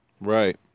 Right